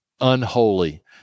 unholy